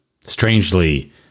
strangely